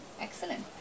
Excellent